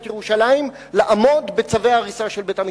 ירושלים לעמוד בצווי הריסה של בית-המשפט.